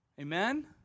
Amen